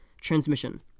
Transmission